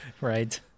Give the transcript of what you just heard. Right